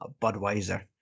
Budweiser